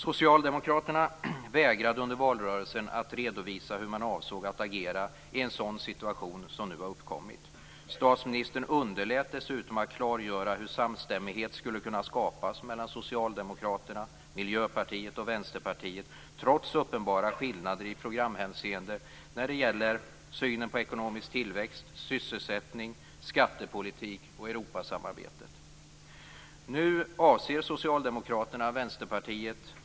Socialdemokraterna vägrade under valrörelsen att redovisa hur man avsåg att agera i en sådan situation som nu har uppkommit. Statsministern underlät dessutom att klargöra hur samstämmighet skulle kunna skapas mellan Socialdemokraterna, Miljöpartiet och Vänsterpartiet trots uppenbara skillnader i programhänseende när det gäller synen på ekonomisk tillväxt, sysselsättning, skattepolitik och Europasamarbete.